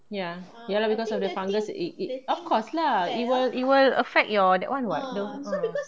ya ya lor because the fungus it it of course lah it will it will affect your that [one] [what] the ah